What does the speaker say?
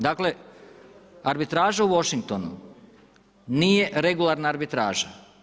Dakle, arbitraža u Washingtonu nije regularna arbitraža.